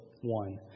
one